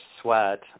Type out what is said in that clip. sweat